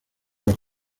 los